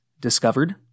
discovered